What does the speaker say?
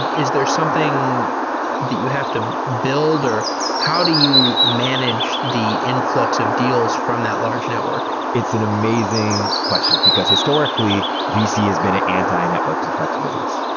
is there something that you have to build or how do you manage the infl ux of deals from that large network? it's an amazing question, because historically vc has been an anti-networks effects business.